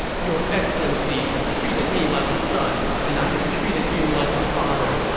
your excellency have treated me like a son, and i have treated you like a father.